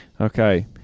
Okay